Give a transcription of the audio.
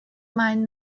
might